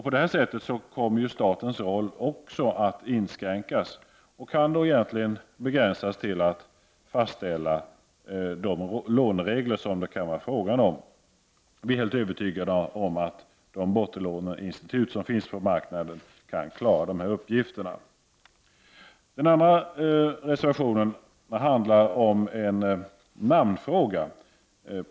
På detta sätt kommer statens roll även att inskränkas och kan begränsas till att fastställa de låneregler som skall gälla. Vi är helt övertygade om att de bottenlåneinstitut som finns på marknaden kan klara dessa uppgifter. Den andra reservationen handlar om en namnfråga.